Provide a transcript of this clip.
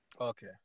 okay